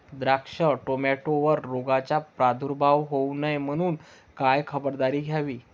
द्राक्ष, टोमॅटोवर रोगाचा प्रादुर्भाव होऊ नये म्हणून काय खबरदारी घ्यावी?